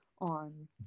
on